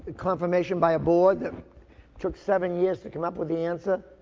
ah confirmation by a board that took seven years to come up with the answer.